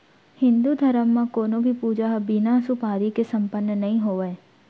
हिन्दू धरम म कोनों भी पूजा ह बिना सुपारी के सम्पन्न नइ होवय